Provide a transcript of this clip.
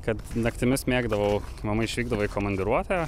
kad naktimis mėgdavau mama išvykdavo į komandiruotę